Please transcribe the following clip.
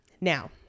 Now